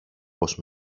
πως